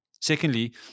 Secondly